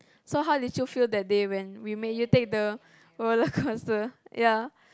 so how did you feel that day when we make you take the roller coster ya